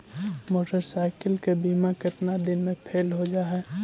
Motorcycle के बिमा केतना दिन मे फेल हो जा है?